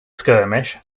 skirmish